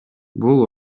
бул